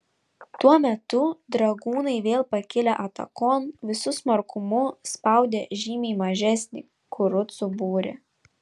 tuo metu dragūnai vėl pakilę atakon visu smarkumu spaudė žymiai mažesnį kurucų būrį